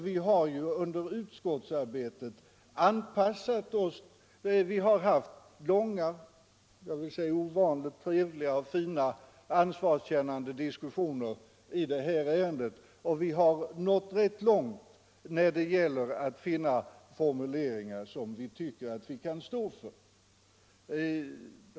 Vi har ju under utskottsarbetet haft långa och ansvarskännande och jag vill säga även ovanligt trevliga och fina diskussioner i det här ärendet, där vi har nått rätt långt när det gäller att finna formuleringar som vi tycker att vi kan stå för.